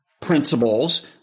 principles